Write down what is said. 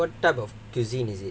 what what type of cuisine is it